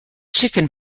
chicken